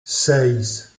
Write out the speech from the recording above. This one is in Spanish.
seis